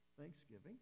Thanksgiving